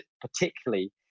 particularly